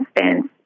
instance